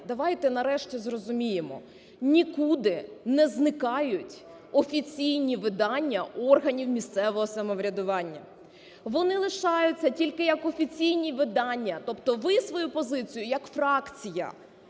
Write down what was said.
давайте нарешті зрозуміємо: нікуди не зникають офіційні видання органів місцевого самоврядування, вони лишаються, тільки як офіційні видання. Тобто ви свою позицію як фракція